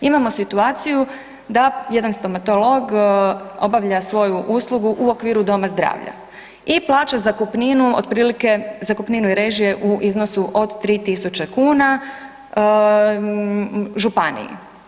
Imamo situaciju da jedan stomatolog obavlja svoju uslugu u okviru doma zdravlja i plaća zakupninu otprilike, zakupninu i režije u iznosu od 3000 kn županiji.